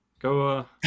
Go